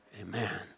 Amen